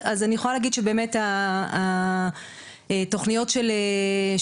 אני יכולה להגיד שיש לנו תוכניות של ספורט